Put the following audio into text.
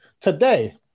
today